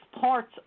parts